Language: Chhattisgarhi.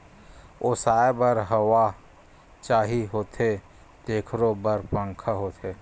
ओसाए बर हवा चाही होथे तेखरो बर पंखा होथे